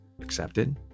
accepted